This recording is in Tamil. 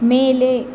மேலே